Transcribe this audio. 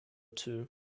two